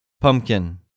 Pumpkin